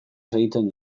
segitzen